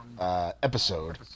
episode